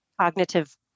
cognitive